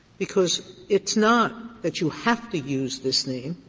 because it's not that you have to use this name,